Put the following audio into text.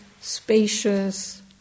spacious